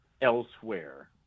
elsewhere